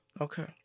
Okay